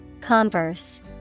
Converse